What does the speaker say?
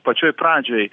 pačioj pradžioj